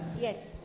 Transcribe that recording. Yes